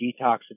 detoxification